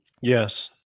Yes